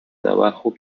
navajo